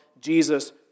Jesus